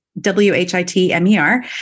W-H-I-T-M-E-R